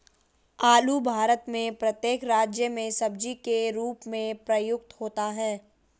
आलू भारत में प्रत्येक राज्य में सब्जी के रूप में प्रयुक्त होता है